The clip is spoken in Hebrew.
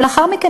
ולאחר מכן,